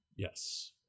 Yes